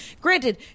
Granted